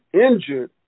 injured